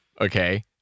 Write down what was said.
Okay